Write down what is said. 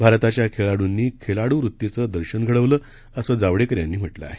भारताच्या खेळाडूंनी खिलाडूवृत्तीचं दर्शन घडवलं असं जावडेकर यांनी म्हटलं आहे